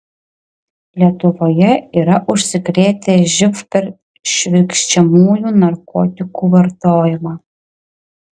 lietuvoje yra užsikrėtę živ per švirkščiamųjų narkotikų vartojimą